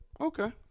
Okay